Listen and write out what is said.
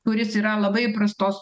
kuris yra labai prastos